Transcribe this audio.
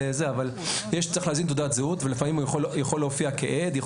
צריך להזין תעודת זהות ולפעמים הוא יכול להופיע כעד,